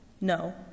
No